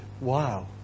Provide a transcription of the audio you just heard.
Wow